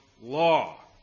law